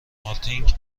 مارکتینگ